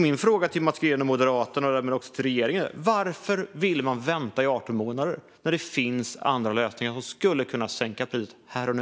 Min fråga till Mats Green och Moderaterna och därmed också till regeringen är: Varför vill man vänta i 18 månader när det finns andra lösningar som skulle kunna sänka priset här och nu?